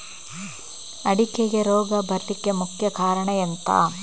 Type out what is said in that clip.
ಅಡಿಕೆಗೆ ರೋಗ ಬರ್ಲಿಕ್ಕೆ ಮುಖ್ಯ ಕಾರಣ ಎಂಥ?